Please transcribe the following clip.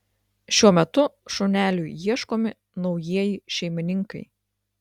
šiuo metu šuneliui ieškomi naujieji šeimininkai